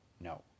No